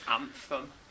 Anthem